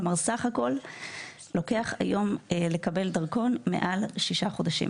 כלומר, בסך הכול היום לוקח מעל שישה חודשים